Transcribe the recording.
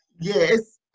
Yes